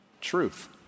truth